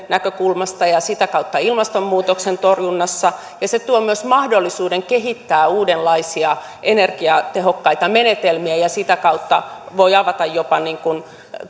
näkökulmasta ja sitä kautta ilmastonmuutoksen torjunnassa ja se tuo myös mahdollisuuden kehittää uudenlaisia energiatehokkaita menetelmiä ja ja sitä kautta voi avata jopa